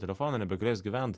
telefoną nebegalės gyvent